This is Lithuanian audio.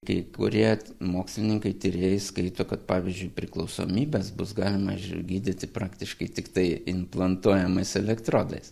kai kurie mokslininkai tyrėjai skaito kad pavyzdžiui priklausomybes bus galima išgydyti praktiškai tiktai implantuojamais elektrodais